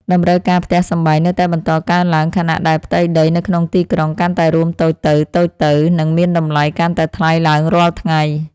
តម្រូវការផ្ទះសម្បែងនៅតែបន្តកើនឡើងខណៈដែលផ្ទៃដីនៅក្នុងទីក្រុងកាន់តែរួមតូចទៅៗ និងមានតម្លៃកាន់តែថ្លៃឡើងរាល់ថ្ងៃ។